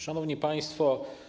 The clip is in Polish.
Szanowni Państwo!